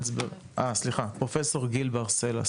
פרופ' גיל בר-סלע,